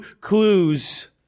clues